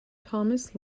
thomas